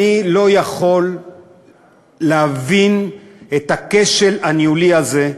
אני לא יכול להבין את הכשל הניהולי הזה,